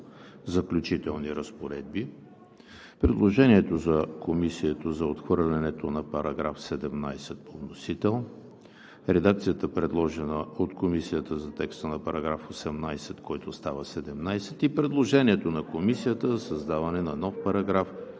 „Заключителни разпоредби“; предложението на Комисията за отхвърлянето на § 17 по вносител; редакцията, предложена от Комисията за текста на § 18, който става 17; и предложението на Комисията за създаване на нов §